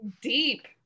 Deep